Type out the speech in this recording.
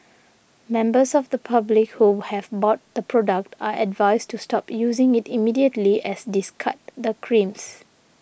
members of the public who have bought the product are advised to stop using it immediately as discard the creams